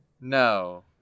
No